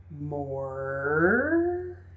more